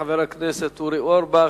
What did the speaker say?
תודה לחבר הכנסת אורי אורבך.